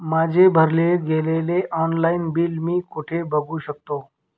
माझे भरले गेलेले ऑनलाईन बिल मी कुठे बघू शकतो?